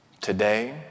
Today